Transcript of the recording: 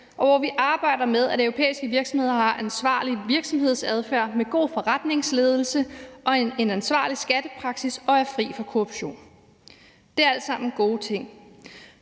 og hvor vi arbejder med, at europæiske virksomheder har en ansvarlig virksomhedsadfærd med en god forretningsledelse og en ansvarlig skattepraksis og er fri for korruption. Det er alt sammen gode ting.